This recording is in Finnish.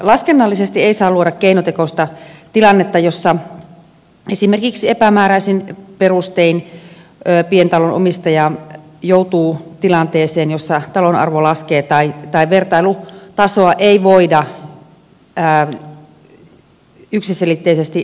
laskennallisesti ei saa luoda keinotekoista tilannetta jossa esimerkiksi epämääräisin perustein pientalon omistaja joutuu tilanteeseen jossa talon arvo laskee tai vertailutasoa ei voida yksiselitteisesti määritellä